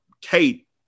Kate